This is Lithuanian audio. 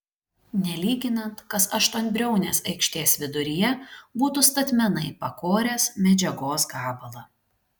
nelyginant kas aštuonbriaunės aikštės viduryje būtų statmenai pakoręs medžiagos gabalą